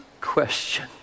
question